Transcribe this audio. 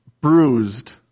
bruised